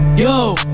Yo